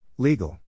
Legal